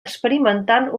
experimentant